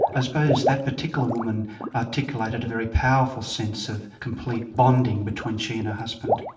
i suppose that particular woman articulated a very powerful sense of complete bonding between she and her husband.